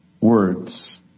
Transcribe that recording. words